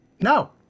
No